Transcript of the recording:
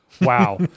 Wow